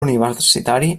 universitari